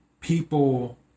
people